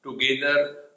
together